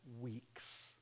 weeks